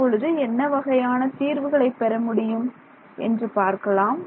இப்பொழுது என்ன வகையான தீர்வுகளை பெறமுடியும் என்று பார்க்கலாம்